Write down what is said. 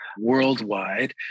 worldwide